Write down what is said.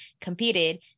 competed